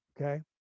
Okay